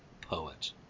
poet